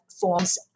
forms